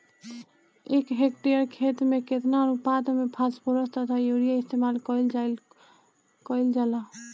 एक हेक्टयर खेत में केतना अनुपात में फासफोरस तथा यूरीया इस्तेमाल कईल जाला कईल जाला?